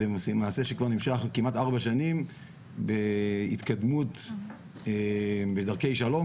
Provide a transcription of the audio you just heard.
וזה מעשה שכבר נמשך כמעט ארבע שנים בהתקדמות בדרכי שלום,